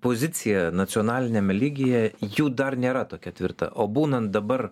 pozicija nacionaliniame lygyje jų dar nėra tokia tvirta o būnant dabar